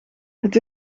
het